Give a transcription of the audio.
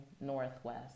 Northwest